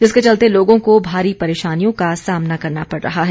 जिसके चलते बंजार लोगों को भारी परेशानियों का सामना करना पड़ रहा है